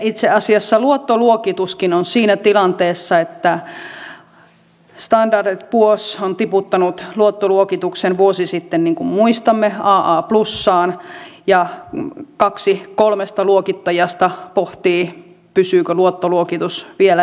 itse asiassa meidän luottoluokituksemmekin on siinä tilanteessa että standard poors on tiputtanut luottoluokituksen vuosi sitten niin kuin muistamme aa plus aan ja kaksi kolmesta luokittajasta pohtii pysyykö luottoluokitus vielä ennallaan